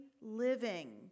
living